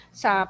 sa